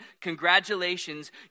congratulations